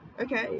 Okay